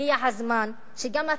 הגיע הזמן שגם אתם,